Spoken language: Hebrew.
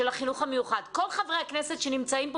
כל חברי הכנסת שנמצאים פה